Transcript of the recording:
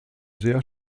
sehr